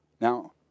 Now